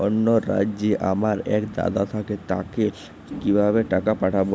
অন্য রাজ্যে আমার এক দাদা থাকে তাকে কিভাবে টাকা পাঠাবো?